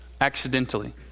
accidentally